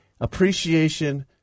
appreciation